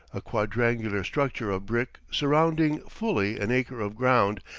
a quadrangular structure of brick surrounding fully an acre of ground,